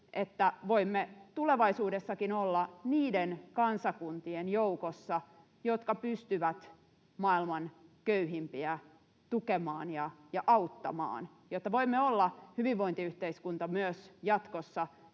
että voimme tulevaisuudessakin olla niiden kansakuntien joukossa, jotka pystyvät maailman köyhimpiä tukemaan ja auttamaan, ja jotta voimme olla myös jatkossa